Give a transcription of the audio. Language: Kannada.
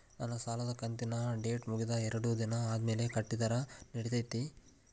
ನನ್ನ ಸಾಲದು ಕಂತಿನ ಡೇಟ್ ಮುಗಿದ ಎರಡು ದಿನ ಆದ್ಮೇಲೆ ಕಟ್ಟಿದರ ನಡಿತೈತಿ?